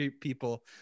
people